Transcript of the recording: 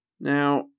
Now